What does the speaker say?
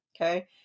Okay